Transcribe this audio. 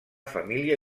família